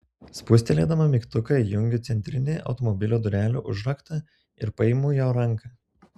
spustelėdama mygtuką įjungiu centrinį automobilio durelių užraktą ir paimu jo ranką